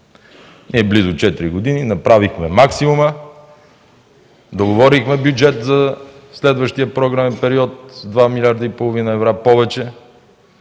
Ние близо четири години направихме максимума, договорихме бюджет за следващия програмен период с 2 милиарда и половина